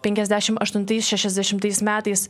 penkiasdešimt aštuntais šešiasdešimtais metais